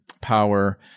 power